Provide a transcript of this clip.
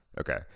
Okay